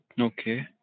Okay